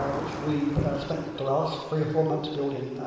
ah which we spent the last three or four months building.